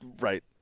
Right